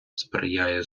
сприяє